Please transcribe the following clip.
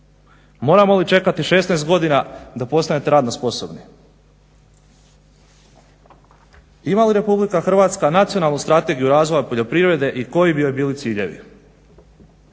Moramo li čekati 16 godina da postanete radno sposobni? Ima li RH Nacionalnu strategiju razvoja poljoprivrede i koji bi joj bili ciljevi?